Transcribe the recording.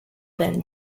then